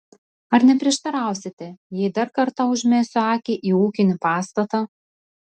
ar neprieštarausite jei dar kartą užmesiu akį į ūkinį pastatą